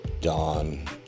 dawn